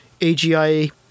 AGI